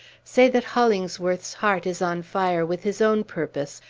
say that hollingsworth's heart is on fire with his own purpose,